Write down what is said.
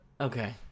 Okay